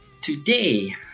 today